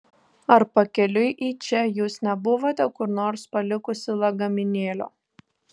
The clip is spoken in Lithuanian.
ar pakeliui į čia jūs nebuvote kur nors palikusi lagaminėlio